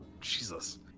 Jesus